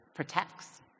protects